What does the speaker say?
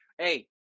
Hey